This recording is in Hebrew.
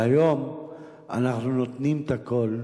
והיום אנחנו נותנים את הכול,